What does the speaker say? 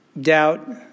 Doubt